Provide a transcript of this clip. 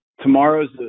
tomorrow's